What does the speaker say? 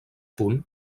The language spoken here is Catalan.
punt